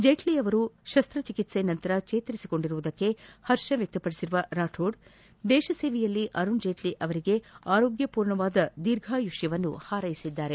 ಜೇಟ್ಲಿ ಅವರು ಶಸ್ತ ಚಿಕಿತ್ಸೆ ಬಳಿಕ ಚೇತರಿಸಿಕೊಂಡಿರುವುದಕ್ಕೆ ಹರ್ಷ ವ್ಯಕ್ತಪಡಿಸಿರುವ ರಾಥೋಡ್ ದೇಶ ಸೇವೆಯಲ್ಲಿ ಅರುಣ್ ಜೇಟ್ಲಿ ಅವರಿಗೆ ಆರೋಗ್ನ ಮೂರ್ಣವಾದ ದೀರ್ಘಾಯುಷ್ನವನ್ನು ಹಾರ್ಕೆಸಿದ್ದಾರೆ